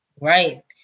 right